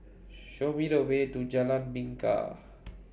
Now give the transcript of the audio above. Show Me The Way to Jalan Bingka